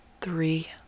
three